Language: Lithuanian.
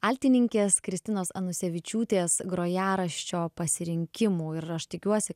altininkės kristinos anuškevičiūtės grojaraščio pasirinkimų ir aš tikiuosi